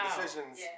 Decisions